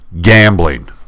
Gambling